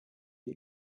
the